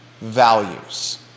values